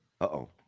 Uh-oh